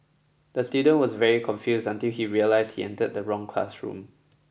the student was very confused until he realised he entered the wrong classroom